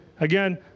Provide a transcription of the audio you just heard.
Again